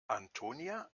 antonia